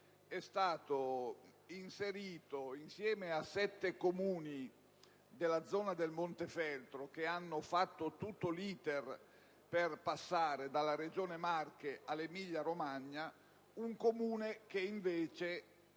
è stato inserito, insieme a sette Comuni della zona del Montefeltro che hanno compiuto tutto l'*iter* per il passaggio dalla Regione Marche all'Emilia-Romagna, un Comune che invece